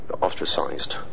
ostracized